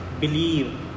believe